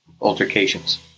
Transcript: altercations